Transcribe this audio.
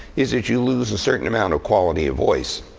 is that you lose a certain amount of quality of voice.